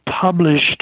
published